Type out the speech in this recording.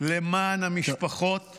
למען משפחות החללים.